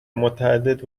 متعدد